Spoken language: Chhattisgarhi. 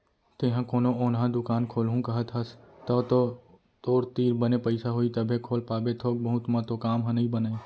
तेंहा कोनो ओन्हा दुकान खोलहूँ कहत हस तव तो तोर तीर बने पइसा होही तभे खोल पाबे थोक बहुत म तो काम ह नइ बनय